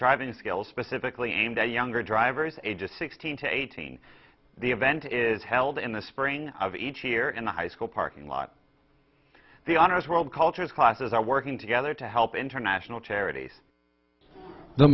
driving skills specifically aimed at younger drivers ages sixteen to eighteen the event is held in the spring of each year in the high school parking lot the honors world cultures classes are working together to help international charities the